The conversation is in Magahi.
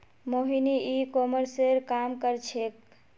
मोहिनी ई कॉमर्सेर काम कर छेक्